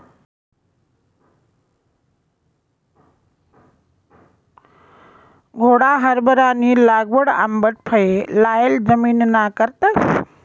घोडा हारभरानी लागवड आंबट फये लायेल जमिनना करतस